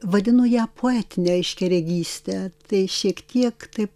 vadinu ją poetine aiškiaregyste tai šiek tiek taip